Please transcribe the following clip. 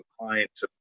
clients